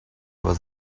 was